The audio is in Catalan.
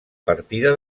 partida